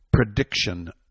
prediction